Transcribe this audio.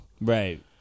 Right